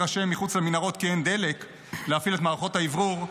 ראשיהם מחוץ למנהרות כי אין דלק להפעיל את מערכות האוורור,